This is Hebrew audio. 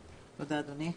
תודה, אדוני.